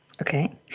Okay